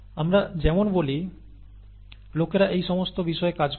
আমরা যেমন বলি লোকেরা এই সমস্ত বিষয়ে কাজ করছে